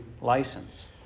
license